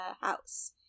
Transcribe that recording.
house